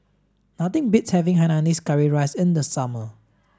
nothing beats having Hainanese curry rice in the summer